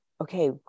okay